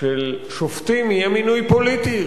של שופטים יהיה מינוי פוליטי?